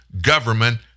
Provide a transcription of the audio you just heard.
government